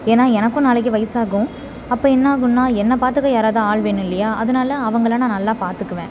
ஏன்னால் எனக்கும் நாளைக்கு வயதாகும் அப்போ என்ன ஆகும்னால் என்ன பார்த்துக்க யாராவது ஆள் வேணும் இல்லையா அதனால அவங்கள நான் நல்லா பார்த்துக்குவேன்